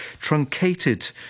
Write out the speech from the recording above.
truncated